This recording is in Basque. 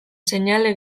seinale